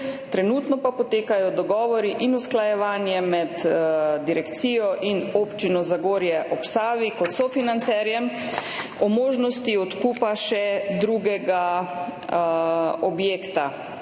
trenutno pa potekajo dogovori in usklajevanje med Direkcijo in Občino Zagorje ob Savi kot sofinancerjem o možnosti odkupa še drugega objekta.